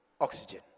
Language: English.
oxygen